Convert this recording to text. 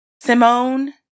Simone